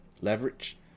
leverage